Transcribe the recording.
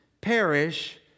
perish